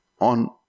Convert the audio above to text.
on